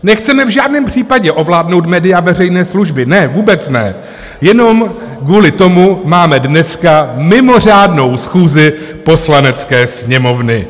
Nechceme v žádném případě ovládnout média veřejné služby, ne, vůbec ne, jenom kvůli tomu máme dneska mimořádnou schůzi Poslanecké sněmovny.